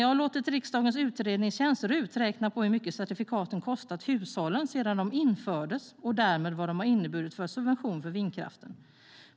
Jag har låtit riksdagens utredningstjänst, RUT, räkna på hur mycket certifikaten kostat hushållen sedan de infördes och därmed vad de inneburit för subvention för vindkraften.